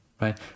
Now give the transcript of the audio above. right